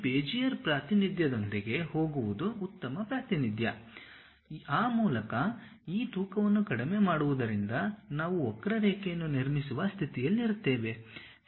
ಈ ಬೆಜಿಯರ್ ಪ್ರಾತಿನಿಧ್ಯದೊಂದಿಗೆ ಹೋಗುವುದು ಉತ್ತಮ ಪ್ರಾತಿನಿಧ್ಯ ಆ ಮೂಲಕ ಈ ತೂಕವನ್ನು ಕಡಿಮೆ ಮಾಡುವುದರಿಂದ ನಾವು ವಕ್ರರೇಖೆಯನ್ನು ನಿರ್ಮಿಸುವ ಸ್ಥಿತಿಯಲ್ಲಿರುತ್ತೇವೆ